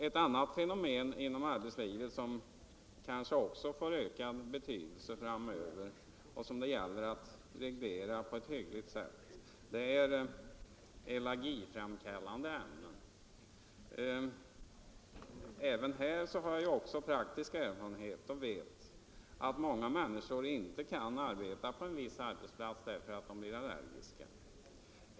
Ett annat fenomen inom arbetslivet som kanske också får ökad betydelse framöver och som det gäller att reglera på ett hyggligt sätt är problemet med allergiframkallande ämnen. Även härvidlag har jag praktisk erfarenhet, och jag vet att det är många människor som inte kan arbeta på en viss arbetsplats därför att de blir allergiska.